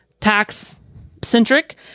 tax-centric